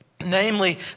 Namely